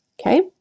okay